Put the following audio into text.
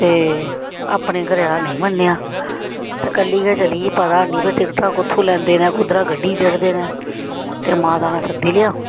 ते अपने घरा आह्ला नेईं मनेआ ते कल्ली गै चली गेई पता है निं भाई टिकटां कुत्थुआं लैंदे कुदरा गड्डी चढ़दे न ते माता दे सद्दी लेआ